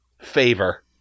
favor